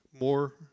more